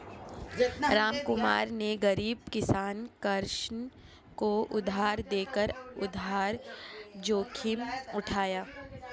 रामकुमार ने गरीब किसान कृष्ण को उधार देकर उधार जोखिम उठाया